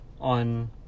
on